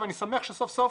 אבל אני שמח שסוף סוף